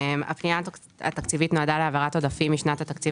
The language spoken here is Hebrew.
הפנייה התקציבית נועדה להעברת עודפים משנת התקציב